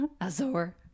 azor